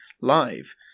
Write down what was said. live